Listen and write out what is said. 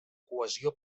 cohesió